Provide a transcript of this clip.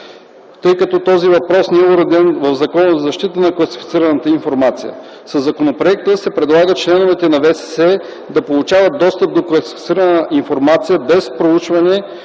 тъй като този въпрос не е уреден в Закона за защита на класифицираната информация. Със законопроекта се предлага членовете на ВСС да получават достъп до класифицирана информация без проучване